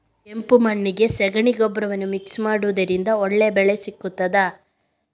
ಕೆಂಪು ಮಣ್ಣಿಗೆ ಸಗಣಿ ಗೊಬ್ಬರವನ್ನು ಮಿಕ್ಸ್ ಮಾಡುವುದರಿಂದ ಒಳ್ಳೆ ಬೆಳೆ ಸಿಗುತ್ತದಾ?